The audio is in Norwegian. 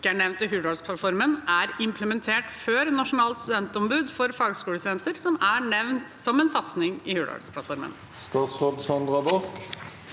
nevnt i Hurdalsplattformen, er implementert før nasjonalt studentombud for fagskolestudenter, som er nevnt som en satsing i Hurdalsplattformen?» Statsråd Sandra Borch